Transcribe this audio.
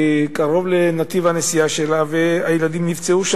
קרוב לנתיב הנסיעה שלה, והילדים נפצעו.